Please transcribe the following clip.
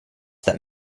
that